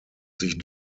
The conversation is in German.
sich